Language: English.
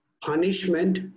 punishment